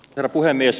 herra puhemies